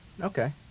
Okay